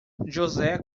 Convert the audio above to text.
josé